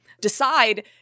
Decide